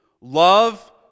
love